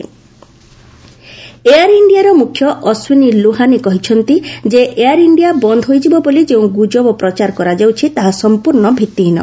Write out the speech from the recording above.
air India Air ଇଣ୍ଡିଆର ମ୍ରଖ୍ୟ ଅଶ୍ୱିନୀ ଲୋହାନୀ କହିଛନ୍ତି ଯେ ଏୟାର ଇଣ୍ଡିଆ ବନ୍ଦ ହୋଇଯିବ ବୋଲି ଯେଉଁ ଗୁଜବ ପ୍ରଚାର କରାଯାଉଛି ତାହା ସଂପ୍ରର୍ଶ୍ଣ ଭିଭିହୀନ